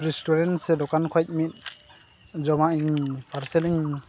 restaurant ᱥᱮ ᱫᱚᱠᱟᱱ ᱠᱷᱚᱡ ᱢᱤᱫ ᱡᱚᱢᱟᱜ ᱤᱧ ᱯᱟᱨᱥᱮᱞᱤᱧ